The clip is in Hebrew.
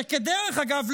שבדרך אגב,